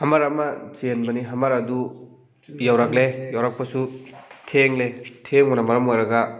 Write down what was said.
hammer ꯑꯃ ꯆꯦꯟꯕꯅꯤ ꯍꯝꯃꯔ ꯑꯗꯨ ꯌꯧꯔꯛꯂꯦ ꯇꯧꯔꯛꯄꯁꯨ ꯊꯦꯡꯂꯦ ꯊꯦꯡꯕꯅ ꯃꯔꯝ ꯑꯣꯏꯔꯒ